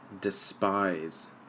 despise